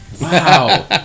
Wow